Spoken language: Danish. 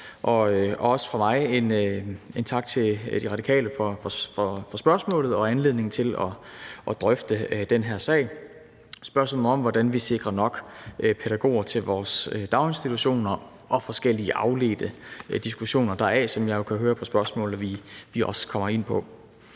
mig skal der lyde en tak til De Radikale for spørgsmålet og for anledningen til at drøfte den her sag, som handler om spørgsmålet om, hvordan vi sikrer nok pædagoger til vores daginstitutioner, og forskellige afledte diskussioner deraf, som jeg jo kan høre på spørgsmålene vi også kommer ind på.